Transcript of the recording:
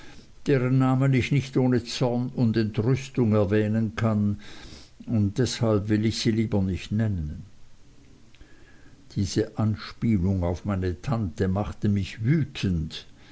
deren namen ich nicht ohne zorn und entrüstung erwähnen kann und deshalb will ich sie lieber nicht nennen diese anspielung auf meine tante machte mich wütend